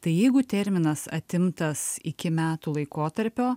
tai jeigu terminas atimtas iki metų laikotarpio